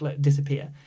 disappear